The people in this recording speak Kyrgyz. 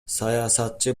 саясатчы